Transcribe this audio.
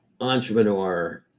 entrepreneur